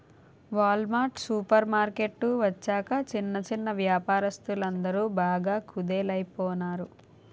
wall mart supermarket వచ్చాక చిన్న చిన్నా వ్యాపారస్తులందరు బాగా కుదేలయిపోనారు